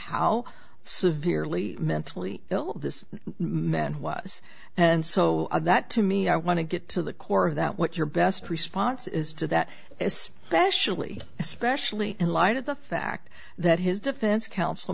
how severely mentally ill this men was and so that to me i want to get to the core of that what your best response is to that this special e especially in light of the fact that his defense counsel